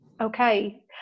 okay